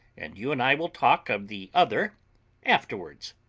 and you and i will talk of the other afterwards.